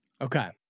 okay